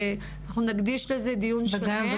אנחנו נקדיש לזה דיון שלם.